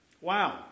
Wow